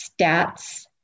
stats